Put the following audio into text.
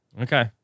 Okay